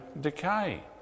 decay